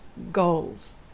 goals